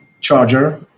Charger